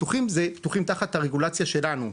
פתוחים זה תחת הרגולציה שלנו,